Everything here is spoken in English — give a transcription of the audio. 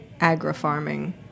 agri-farming